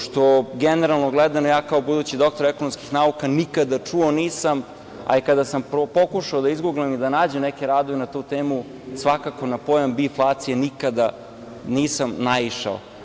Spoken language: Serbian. Što, generalno gledano, ja kao budući doktor ekonomskih nauka, nikada čuo nisam, a i kada sam pokušao da izguglam i da nađem neke radove na tu temu, svakako na pojam – biflacija nikada nisam naišao.